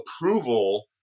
approval